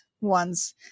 ones